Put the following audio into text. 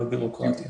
בבירוקרטיה.